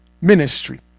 ministry